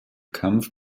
kampf